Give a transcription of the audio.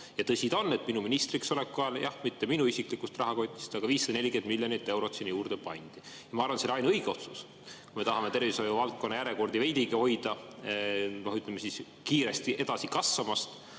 Ja tõsi ta on, et minu ministriks oleku ajal – jah, mitte minu isiklikust rahakotist, aga – 540 miljonit eurot sinna juurde pandi. Ma arvan, et see oli ainuõige otsus. Kui me tahame tervishoiuvaldkonna järjekordi veidigi hoida, ütleme, kiiresti edasi kasvamast,